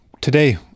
today